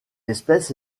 espèce